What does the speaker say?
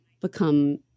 become